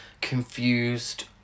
confused